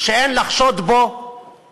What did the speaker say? שאין לחשוד בו